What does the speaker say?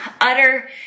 utter